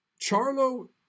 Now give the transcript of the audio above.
Charlo